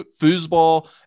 foosball